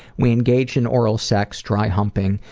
we engaged in oral sex, dry humping,